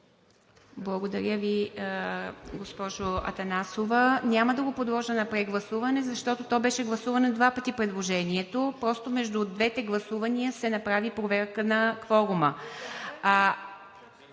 Благодаря Ви, госпожо Атанасова. Няма да го подложа на прегласуване, защото предложението беше гласувано два пъти. Просто между двете гласувания се направи проверка на кворума,